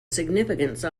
significance